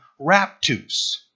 raptus